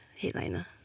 headliner